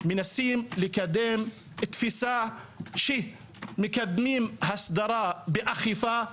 מנסים לקדם תפיסה שמקדמים הסדרה באכיפה.